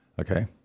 okay